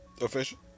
official